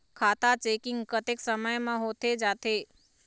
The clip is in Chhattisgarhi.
खाता चेकिंग कतेक समय म होथे जाथे?